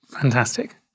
Fantastic